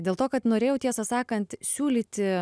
dėl to kad norėjau tiesą sakant siūlyti